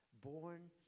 Born